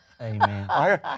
Amen